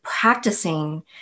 practicing